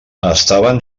estaven